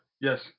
Yes